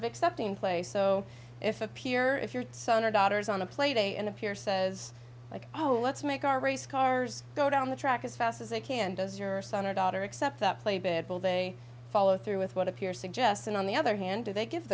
of accepting play so if a peer if your son or daughter's on a play day and appear says like oh let's make our race cars go down the track as fast as they can does your son or daughter except that play bit will they follow through with what appears suggested on the other hand do they give